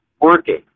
working